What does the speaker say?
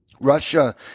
Russia